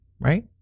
right